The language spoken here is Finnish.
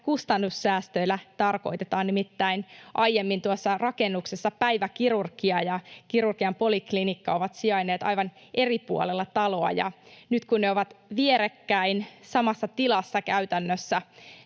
kustannussäästöillä tarkoitetaan. Nimittäin aiemmin tuossa rakennuksessa päiväkirurgia ja kirurgian poliklinikka ovat sijainneet aivan eri puolilla taloa, ja nyt kun ne ovat vierekkäin, samassa tilassa käytännössä,